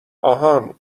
آهان